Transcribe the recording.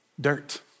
Dirt